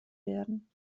werden